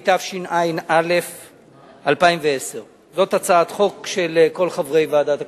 התשע"א 2010. זאת הצעת חוק של כל חברי ועדת הכספים,